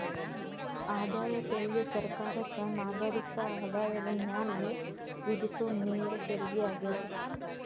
ಆದಾಯ ತೆರಿಗೆ ಸರ್ಕಾರಕ್ಕ ನಾಗರಿಕರ ಆದಾಯದ ಮ್ಯಾಲೆ ವಿಧಿಸೊ ನೇರ ತೆರಿಗೆಯಾಗ್ಯದ